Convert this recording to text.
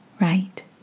right